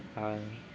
ஆ